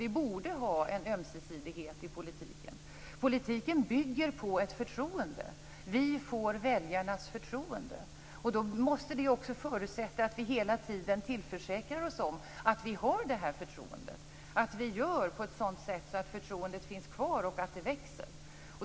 Vi borde ha en ömsesidighet i politiken. Politiken bygger på ett förtroende. Vi får väljarnas förtroende. Det måste förutsätta att vi hela tiden försäkrar oss om att vi har det förtroendet, att vi handlar så att förtroendet finns kvar och växer.